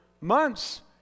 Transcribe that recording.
months